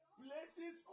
places